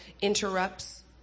interrupts